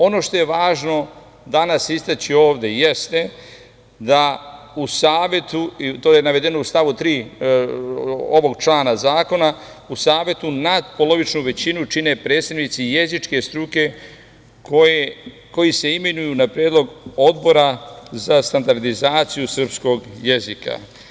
Ono što je važno danas istaći ovde jeste da u Savetu, to je navedeno u stavu 3. ovog člana zakona, nadpolovičnu većinu čine predstavnici jezičke struke koji se imenuju na predlog Odbora za standardizaciju srpskog jezika.